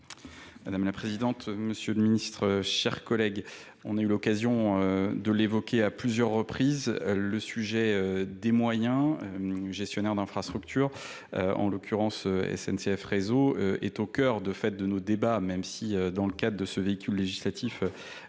madame la présidente monsieur le ministre chers collègues on a eu l'occasion de l'évoquer à plusieurs reprises le sujet des moyens gestionnaire d'infrastructures en l'occurrence s n c f réseau est au cœur du fait de nos débats même si dans le cadre de ce véhicule législatif